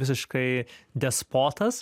visiškai despotas